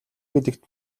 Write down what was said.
гэдэгт